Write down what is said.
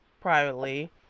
privately